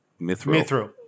mithril